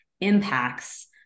impacts